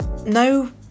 no